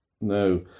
no